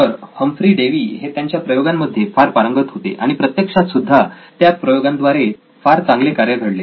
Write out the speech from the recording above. तर Humphry Davy हे त्यांच्या प्रयोगांमध्ये फार पारंगत होते आणि प्रत्यक्षात सुद्धा त्या प्रयोगांद्वारे फार चांगले कार्य घडले